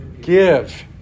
Give